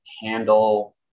handle